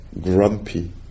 grumpy